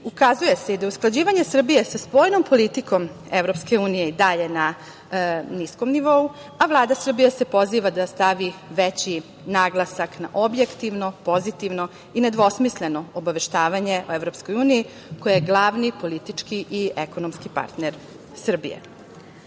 ukazuje se da usklađivanje Srbije sa spoljnom politikom EU, da je i dalje na niskom nivou, a Vlada Srbije se poziva da stavi veći naglasak na objektivno, pozitivno i nedvosmisleno obaveštavanje o EU, koja je glavni politički i ekonomski partner Srbije. Fokus